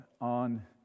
on